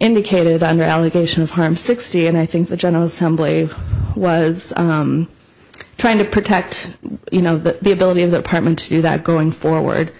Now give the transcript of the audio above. indicated on the allegation of harm sixty and i think the general assembly was trying to protect you know the ability of that apartment to do that going forward